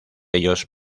ellos